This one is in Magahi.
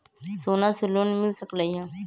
सोना से लोन मिल सकलई ह?